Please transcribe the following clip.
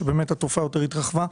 כשבאמת התופעה יותר התרחבה,